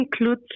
include